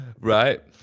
Right